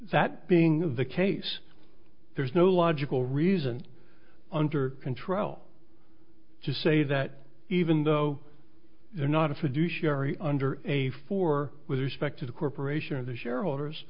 that being the case there's no logical reason under control to say that even though they're not a fiduciary under a for with respect to the corporation of the shareholders